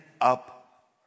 up